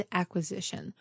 acquisition